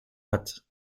hat